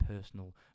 personal